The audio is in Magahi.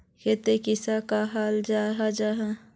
खेत किसोक कहाल जाहा जाहा?